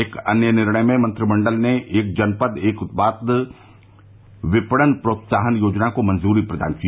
एक अन्य निर्णय में मंत्रिमंडल ने एक जनपद एक उत्पाद विपणन प्रोत्साहन योजना को मंजूरी प्रदान की